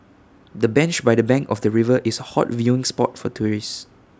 the bench by the bank of the river is A hot viewing spot for tourists